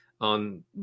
on